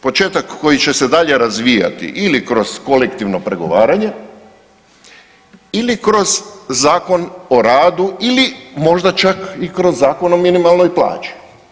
Početak koji će se dalje razvijati ili kroz kolektivno pregovaranje ili kroz Zakon o radu ili možda čak i kroz Zakon o minimalnoj plaći.